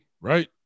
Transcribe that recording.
Right